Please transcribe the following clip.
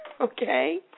Okay